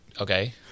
Okay